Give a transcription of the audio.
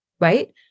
right